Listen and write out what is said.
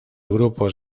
grupos